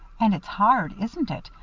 and it's hard, isn't it,